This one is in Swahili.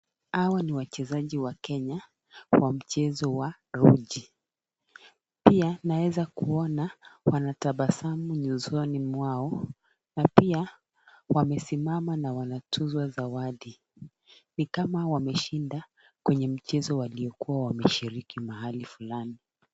Hawa ni wachezaji wa Kenya wa mchezo wa ruji. Pia naeza kuona wanatabasamu nyusoni mwao na pia wamesimama na wanatuzwa zawadi. Ni kama wameshinda kwenye michezo waliokuwa wameshiriki mahali fulani.